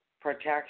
Protection